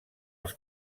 els